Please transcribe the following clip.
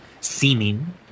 seeming